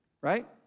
right